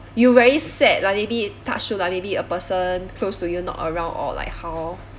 you very sad lah maybe touch wood lah maybe a person close to you not around or like how